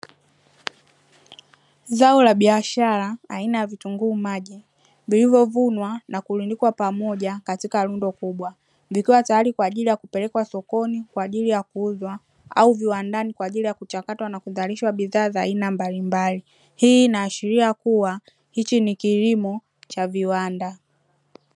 Zao la biashara aina ya vitunguu maji vilivyovunwa na kurundikwa pamoja katika rundo kubwa, vikiwa tayari kwaajili ya kupelekwa sokoni kwaajili ya kuuzwa au viwandani kwaajili ya kuchakatwa na kuzalisha bidhaa za aina mbalimbali. Hii inaashiria kuwa hicho ni kilimo cha viwanda.